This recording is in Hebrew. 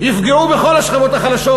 יפגעו בכל השכבות החלשות,